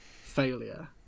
failure